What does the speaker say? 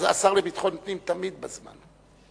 השר לביטחון פנים תמיד בזמן.